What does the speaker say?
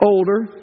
older